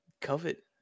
covet